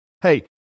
Hey